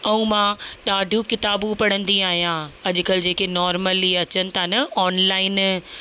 ऐं मां ॾाढियूं किताबूं पढ़ंदी आहियां अॼुकल्ह जेके नॉर्मली अचनि था न ऑनलाइन